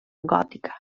gòtica